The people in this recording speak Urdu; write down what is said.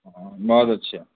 بہت اچھا